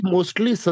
Mostly